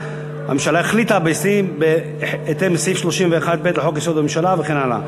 הממשלה החליטה בהתאם לסעיף 31(ב) לחוק-יסוד: הממשלה וכן הלאה,